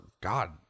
god